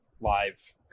live